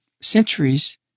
centuries